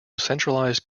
centralized